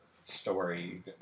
story